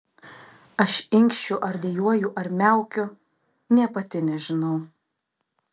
aš inkščiu ar dejuoju ar miaukiu nė pati nežinau